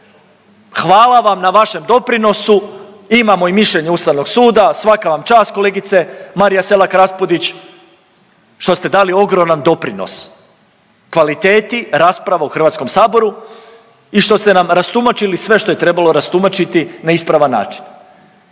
hvala vam na vašem doprinosu, imamo i mišljenje Ustavnog suda, svaka vam čast kolegice Marija Selak Raspudić što ste dali ogroman doprinos kvaliteti rasprava u HS i što ste nam rastumačiti sve što je trebalo rastumačiti na ispravan način.